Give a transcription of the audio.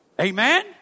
Amen